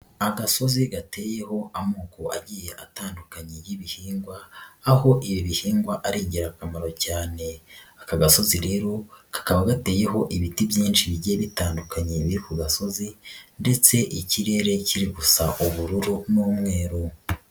Agasozi gateyeho amoko agiye atandukanye y'ibihingwa, aho ibi bihingwa ari ingirakamaro cyane, aka gasozi rero kakaba gateyeho ibiti byinshi bigiye bitandukanye biri ku gasozi ndetse ikirere kiri gusa ubururu n'umweru.